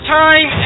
time